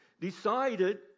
decided